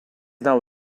now